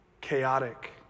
chaotic